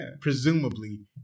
presumably